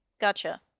Gotcha